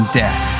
death